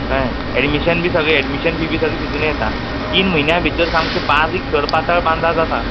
कळ्ळें एडमिशन बी सगळें एडमिशन बी फी सगळी तितुनूच येता तीन म्हयन्यां भितर सामकें बारीक सरपातळ जाता